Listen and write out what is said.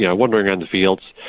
yeah wandering around the fields,